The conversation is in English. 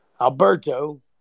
Alberto